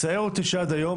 מצער אותי שעד היום,